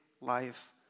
life